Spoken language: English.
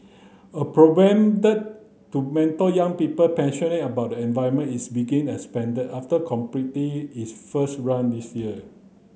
a to mentor young people passionate about the environment is begin expanded after completing its first run last year